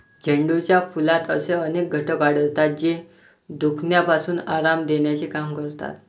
झेंडूच्या फुलात असे अनेक घटक आढळतात, जे दुखण्यापासून आराम देण्याचे काम करतात